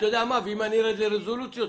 אם אני ארד לרזולוציות,